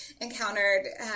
encountered